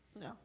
No